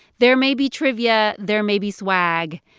there may be trivia, there may be swag,